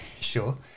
sure